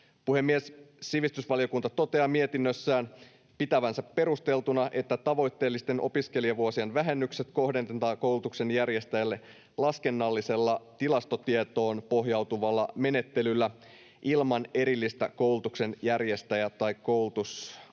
Puhemies! Sivistysvaliokunta toteaa mietinnössään pitävänsä perusteltuna, että tavoitteellisten opiskelijavuosien vähennykset kohdennetaan koulutuksen järjestäjille laskennallisella, tilastotietoon pohjautuvalla menettelyllä ilman erillistä koulutuksen järjestäjä- tai koulutusalakohtaista